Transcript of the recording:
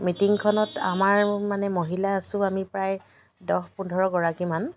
মিটিংখনত আমাৰ মানে মহিলা আছো আমি প্ৰায় দহ পোন্ধৰ গৰাকীমান